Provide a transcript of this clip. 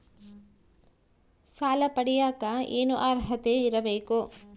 ಸಾಲ ಪಡಿಯಕ ಏನು ಅರ್ಹತೆ ಇರಬೇಕು?